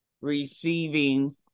receiving